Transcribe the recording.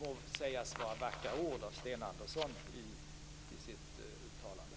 må sägas vara vackra ord, som Sten Andersson gjorde i sitt uttalande.